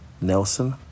Nelson